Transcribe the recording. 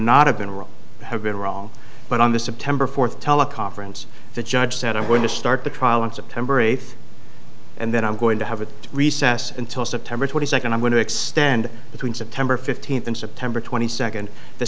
not have been wrong had been wrong but on the september fourth teleconference the judge said i'm going to start the trial on september eighth and then i'm going to have a recess until september twenty second i'm going to extend between september fifteenth and september twenty second the